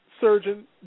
surgeon